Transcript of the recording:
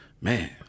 man